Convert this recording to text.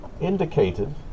indicated